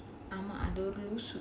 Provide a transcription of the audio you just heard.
ஆமா அது ஒரு லூசு:aamaa adhu oru loosu